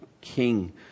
king